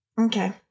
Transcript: okay